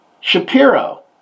shapiro